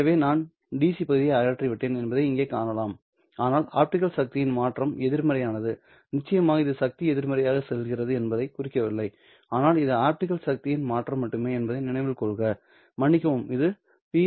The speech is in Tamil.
எனவே நான் DC பகுதியை அகற்றிவிட்டேன் என்பதை இங்கே காணலாம் ஆனால் ஆப்டிகல் சக்தியின் மாற்றம் எதிர்மறையானது நிச்சயமாக இது சக்தி எதிர்மறையாக செல்கிறது என்பதை குறிக்கவில்லை ஆனால் இது ஆப்டிகல் சக்தியின் மாற்றம் மட்டுமே என்பதை நினைவில் கொள்க மன்னிக்கவும் ஒரு பிஎஸ் 2 உள்ளது